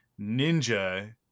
Ninja